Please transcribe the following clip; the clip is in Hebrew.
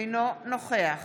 אינו נוכח